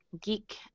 geek